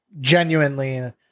genuinely